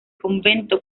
convento